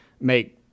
make